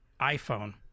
iPhone